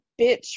bitch